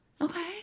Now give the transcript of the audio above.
Okay